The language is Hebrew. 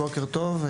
בוקר טוב,